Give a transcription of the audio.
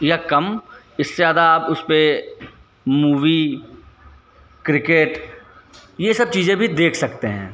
या कम इससे ज़्यादा आप उसपर मूवी क्रिकेट यह सब चीज़ें भी देख सकते हैं